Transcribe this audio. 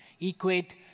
equate